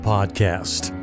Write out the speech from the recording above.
Podcast